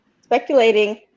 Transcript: speculating